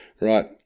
right